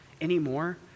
anymore